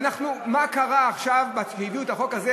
מה קרה עכשיו שהביאו את החוק הזה?